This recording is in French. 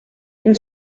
une